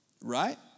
Right